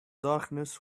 darkness